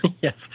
Yes